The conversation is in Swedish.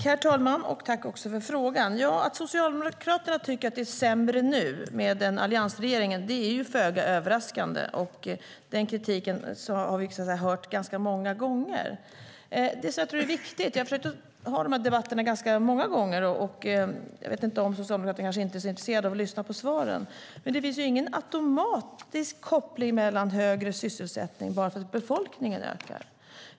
Herr talman! Tack för frågan! Att Socialdemokraterna tycker att det är sämre nu med alliansregeringen är ju föga överraskande. Den kritiken har vi hört ganska många gånger. Det som jag tror är viktigt - jag har försökt att ha de här debatterna ganska många gånger, men Socialdemokraterna kanske inte är så intresserade av att lyssna på svaren - är att det inte finns någon automatisk koppling till högre sysselsättning bara för att befolkningen ökar.